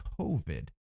COVID